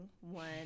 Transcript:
one